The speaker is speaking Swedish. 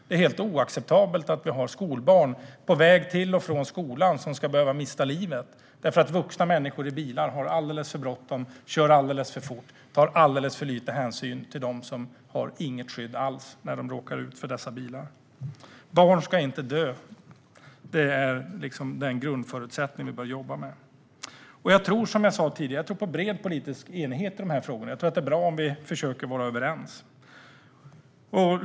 Det är helt oacceptabelt att skolbarn ska mista livet på väg till och från skolan därför att vuxna människor i bilar har alldeles för bråttom, kör alldeles för fort och tar alldeles för lite hänsyn till dem som inte har något skydd alls när de råkar ut för dessa bilar. Barn ska inte dö. Det är den grundförutsättningen vi bör jobba utifrån. Jag tror som sagt på bred politisk enighet i de här frågorna. Det är bra om vi försöker vara överens.